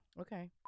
Okay